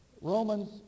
Romans